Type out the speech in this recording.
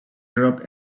europe